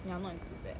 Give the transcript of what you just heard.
ya I'm not into that